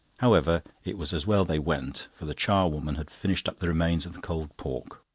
however, it was as well they went, for the charwoman had finished up the remains of the cold pork.